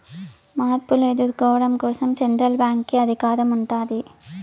మార్పులు ఎదుర్కోవడం కోసం సెంట్రల్ బ్యాంక్ కి అధికారం ఉంటాది